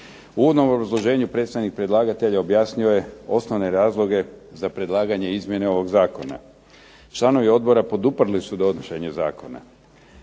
uvodnom obrazloženju predstavnik predlagatelja objasnio je osnovne razloge za predlaganje izmjene ovog zakona. Članovi odbora poduprli su donošenje zakona.